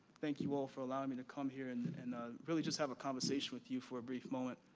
thank you all for allowing me to come here and and and really just have a conversation with you for a brief moment.